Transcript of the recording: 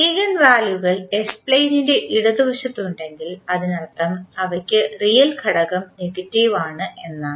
eigen വാല്യുകൾ S പ്ലെയിനിൻറെ ഇടതുവശത്ത് ഉണ്ടെങ്കിൽ അതിനർത്ഥം അവയ്ക്ക് റിയൽ ഘടകം നെഗറ്റീവ് ആണ് എന്നാണ്